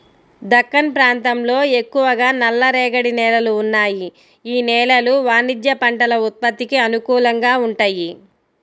దక్కన్ ప్రాంతంలో ఎక్కువగా నల్లరేగడి నేలలు ఉన్నాయి, యీ నేలలు వాణిజ్య పంటల ఉత్పత్తికి అనుకూలంగా వుంటయ్యి